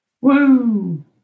Woo